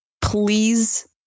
please